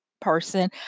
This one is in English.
person